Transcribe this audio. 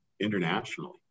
internationally